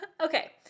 Okay